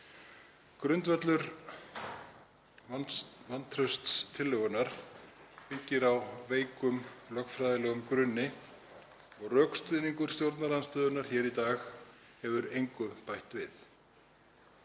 Grundvöllur vantrauststillögunnar byggir á veikum lögfræðilegum grunni. Rökstuðningur stjórnarandstöðunnar hér í dag hefur engu bætt við.